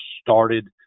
started